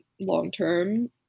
long-term